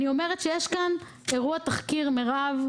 אני אומרת שיש כאן אירוע תחקיר מירב,